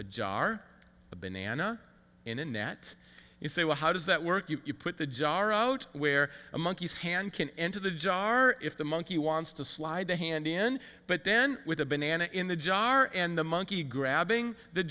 a jar of banana in a net you say well how does that work you put the jar out where a monkey's hand can enter the jar if the monkey wants to slide the hand in but then with a banana in the jar and the monkey grabbing the